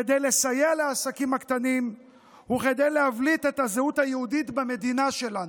כדי לסייע לעסקים הקטנים וכדי להבליט את הזהות היהודית במדינה שלנו.